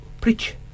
preach